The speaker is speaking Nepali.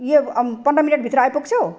यो पन्ध्र मिनटभित्र आइपुग्छौ